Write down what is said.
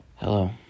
Hello